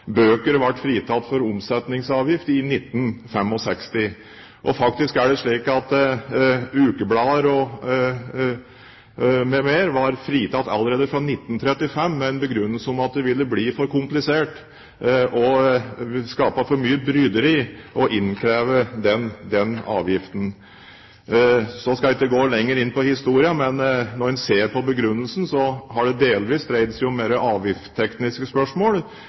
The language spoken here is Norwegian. fritatt for omsetningsavgift i 1965. Faktisk var ukeblader m.m. fritatt allerede fra 1935, med den begrunnelse at det ville bli for komplisert og skape for mye bryderi å innkreve den avgiften. Så skal jeg ikke gå lenger inn på historien, men når en ser på begrunnelsen, har det delvis dreid seg om mer avgiftstekniske spørsmål,